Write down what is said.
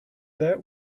that